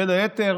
בין היתר